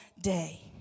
day